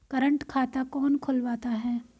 Current खाता कौन खुलवाता है?